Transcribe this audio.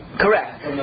correct